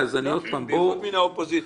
בייחוד החברים מן האופוזיציה.